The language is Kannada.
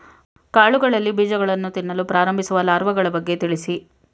ಕಾಳುಗಳಲ್ಲಿ ಬೀಜಗಳನ್ನು ತಿನ್ನಲು ಪ್ರಾರಂಭಿಸುವ ಲಾರ್ವಗಳ ಬಗ್ಗೆ ತಿಳಿಸಿ?